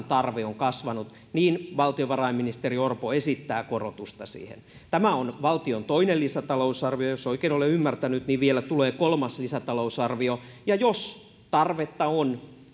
tarve on kasvanut niin valtiovarainministeri orpo esittää korotusta siihen tämä on toinen lisätalousarvio ja jos oikein olen ymmärtänyt niin vielä tulee kolmas lisätalousarvio jos tarvetta on